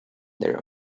their